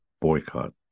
boycott